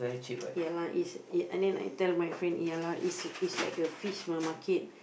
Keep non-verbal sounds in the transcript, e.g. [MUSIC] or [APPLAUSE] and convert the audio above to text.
[NOISE] ya lah it's eh and then like tell my friend ya lah it's it's like a fish ma~ market